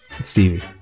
Stevie